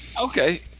okay